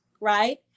right